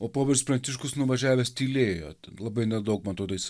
o popiežius pranciškus nuvažiavęs tylėjo ten labai nedaug man atrodo jis